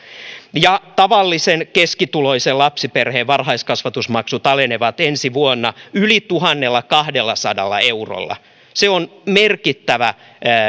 ja tavallisen keskituloisen lapsiperheen varhaiskasvatusmaksut alenevat ensi vuonna yli tuhannellakahdellasadalla eurolla se on merkittävä